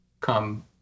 come